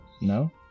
No